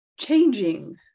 changing